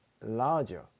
larger